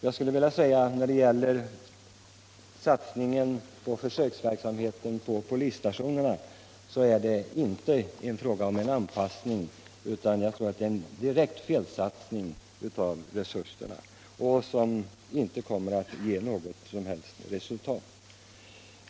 Jag skulle vilja säga att när det gäller satsningen på försöksverksamhet på polisstationerna så är det inte fråga om en anpassning utan snarare en direkt felsatsning som inte kommer att ge något som helst resultat.